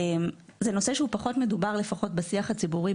זה נושא פחות מדובר, לפחות בשיח הציבורי.